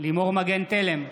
לימור מגן תלם,